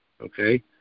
okay